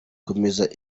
komeza